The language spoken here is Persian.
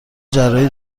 جراحی